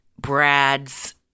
Brad's